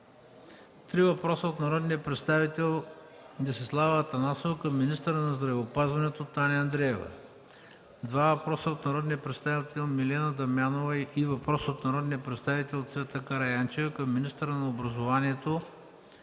три въпроса от народния представител Десислава Атанасова към министъра на здравеопазването Таня Андреева; - два въпроса от народния представител Милена Дамянова и на три въпроса от народния представител Цвета Караянчева към министъра на образованието